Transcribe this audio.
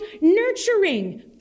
nurturing